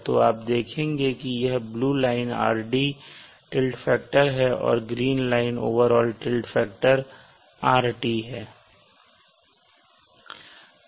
तो आप देखेंगे कि यह blue line Rd tilt factor है और green line overall tilt factor rt है